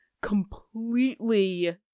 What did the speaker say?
completely